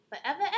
Forever